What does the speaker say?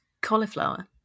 cauliflower